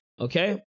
Okay